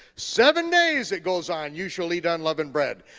seven days it goes on, you shall eat unleavened bread.